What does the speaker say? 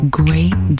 great